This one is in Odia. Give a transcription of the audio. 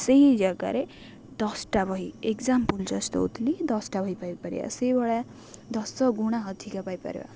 ସେହି ଜାଗାରେ ଦଶଟା ବହି ଏକ୍ଜାମ୍ପୁଲ୍ ଜଷ୍ଟ ହେଉଥିଲି ଦଶଟା ବହି ପାଇପାରିବା ସେଇଭଳିଆ ଦଶ ଗୁଣା ଅଧିକା ପାଇପାରିବା